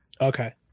Okay